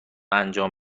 انجام